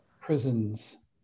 Prisons